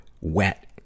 wet